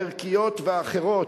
הערכיות והאחרות,